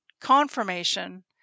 confirmation